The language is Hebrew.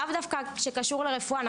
לאו דווקא שקשור לרפואה.